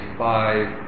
five